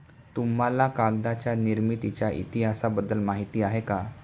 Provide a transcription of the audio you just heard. तुम्हाला कागदाच्या निर्मितीच्या इतिहासाबद्दल माहिती आहे का?